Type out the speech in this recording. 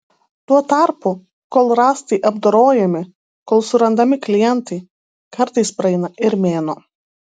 tuo tarpu kol rąstai apdorojami kol surandami klientai kartais praeina ir mėnuo